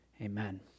amen